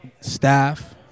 staff